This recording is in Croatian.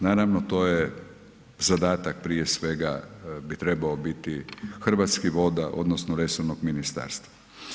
Naravno to je zadatak, prije svega bi trebao biti Hrvatskih voda odnosno resornog ministarstva.